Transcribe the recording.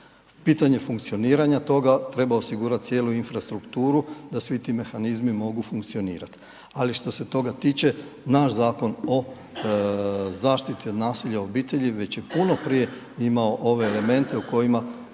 Pitanje funkcioniranja toga treba osigurati cijelu infrastrukturu da svi ti mehanizmi mogu funkcionirati. Ali što se toga tiče naš Zakon o zaštiti od nasilja u obitelji već je puno prije imao ove elemente u kojima